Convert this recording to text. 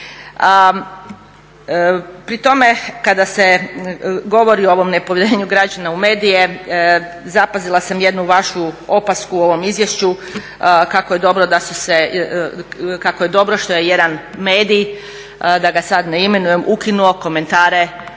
Pri tome kada se govori o ovom nepovjerenju građana u medije zapazila sam jednu vašu opasku u ovom izvješću kako je dobro što je jedan medij, da ga sada ne imenujem ukinuo komentare